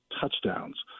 touchdowns